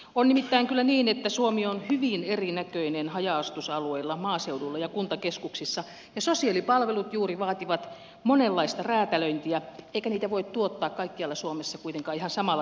on nimittäin kyllä niin että suomi on hyvin erinäköinen haja asutusalueilla maaseudulla kuin kuntakeskuksissa ja sosiaalipalvelut juuri vaativat monenlaista räätälöintiä eikä niitä voi tuottaa kaikkialla suomessa kuitenkaan ihan samalla tavalla